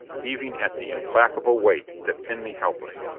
heaving at the implacable weight that pinned me helpless.